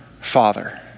Father